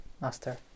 master